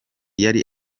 yari